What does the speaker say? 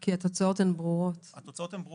כי התוצאות הן ברורות.